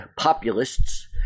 populists